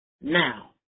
now